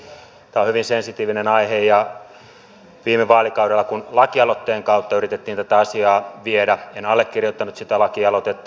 tämä on hyvin sensitiivinen aihe ja viime vaalikaudella kun lakialoitteen kautta yritettiin tätä asiaa viedä en allekirjoittanut sitä lakialoitetta